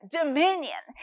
dominion